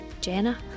Jenna